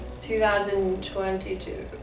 2022